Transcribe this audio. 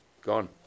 gone